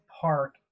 Park